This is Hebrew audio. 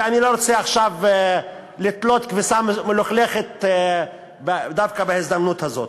אני לא רוצה עכשיו לתלות כביסה מלוכלכת דווקא בהזדמנות הזאת.